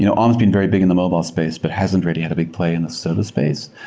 you know arm has been very big in the mobile space but hasn't really had a big play in the server space.